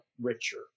richer